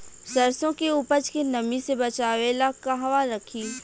सरसों के उपज के नमी से बचावे ला कहवा रखी?